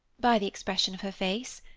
by the expression of her face.